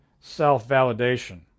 self-validation